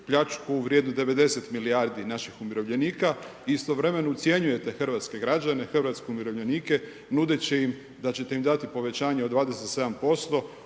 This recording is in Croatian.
pljačku u vrijedu 90 milijardi naših umirovljenika i istovremeno ucjenjujete hrvatske građane, hrvatske umirovljenike nudeći im da ćete im dati povećanje od 27%